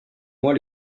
mois